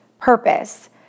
purpose